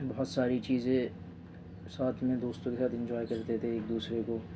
بہت ساری چیزیں ساتھ میں دوستوں کے ساتھ انجوائے کرتے تھے ایک دوسرے کو